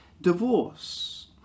divorce